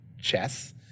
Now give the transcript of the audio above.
Chess